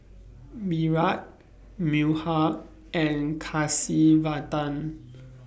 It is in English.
Virat Milkha and Kasiviswanathan